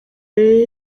yari